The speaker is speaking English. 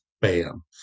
bam